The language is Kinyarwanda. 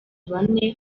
bane